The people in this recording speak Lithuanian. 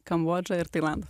kambodžą ir tailandą